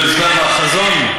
בשלב החזון?